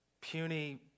puny